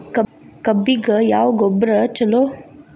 ಕಬ್ಬಿಗ ಯಾವ ಗೊಬ್ಬರ ಛಲೋ?